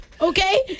okay